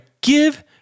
give